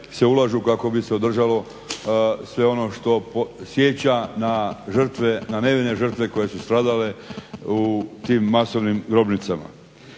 ulaže kako bi se održalo sve ono što podsjeća na nevine žrtve koje su stradale u tim masovnim grobnicama.